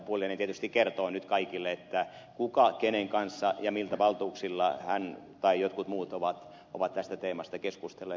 pulliainen tietysti kertoo nyt kaikille kenen kanssa ja millä valtuuksilla hän tai jotkut muut ovat tästä teemasta keskustelleet